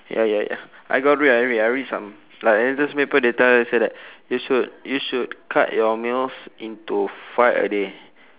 ya ya ya I got read I read I read some like in newspaper they tell you say that you should you should cut your meals into five a day